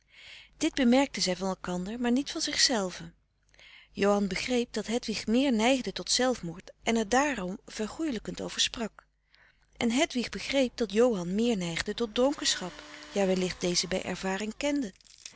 dit bemerkten zij van elkander maar niet van zichzelve johan begreep dat hedwig meer neigde tot zelfmoord en er daarom vergoelijkend over sprak en hedwig begreep dat johan meer neigde tot dronkenschap ja wellicht deze bij ervaring kende